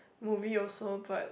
movie also but